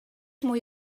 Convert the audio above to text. mwy